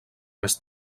més